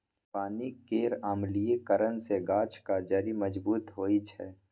पानि केर अम्लीकरन सँ गाछक जड़ि मजबूत होइ छै